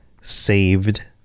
saved